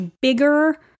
bigger